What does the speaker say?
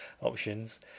options